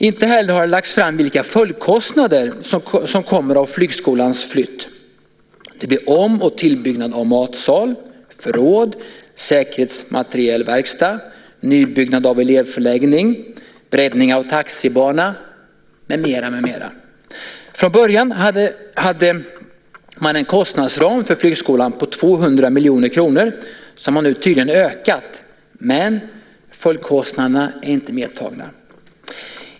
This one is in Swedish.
Inte heller har det lagts fram vilka följdkostnader som kommer av flygskolans flytt. Det blir om och tillbyggnad av matsal, förråd, och säkerhetsmaterielverkstad. Det blir nybyggnad av elevförläggning, breddning av taxibana med mera. Från början hade man en kostnadsram för flygskolan på 200 miljoner kronor. Den har man nu tydligen ökat, men följdkostnaderna är inte medtagna.